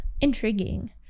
Intriguing